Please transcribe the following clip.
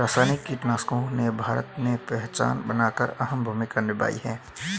रासायनिक कीटनाशकों ने भारत में पहचान बनाकर अहम भूमिका निभाई है